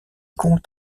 comptent